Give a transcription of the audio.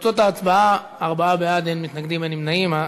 שתהיה להם אוטונומיה?